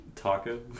taco